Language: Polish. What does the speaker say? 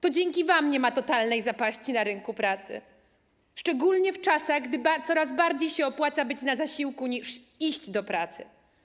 To dzięki wam nie ma totalnej zapaści na rynku pracy, szczególnie w czasach, gdy coraz bardziej opłaca się być na zasiłku niż iść do pracy.